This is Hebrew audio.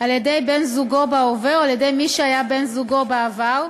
על-ידי בן-זוגו בהווה או על-ידי מי שהיה בן-זוגו בעבר,